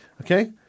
Okay